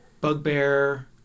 Bugbear